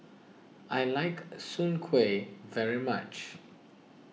I like Soon Kway very much